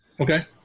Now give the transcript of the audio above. Okay